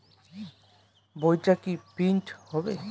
বইটা কি প্রিন্ট হবে?